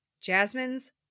Jasmine's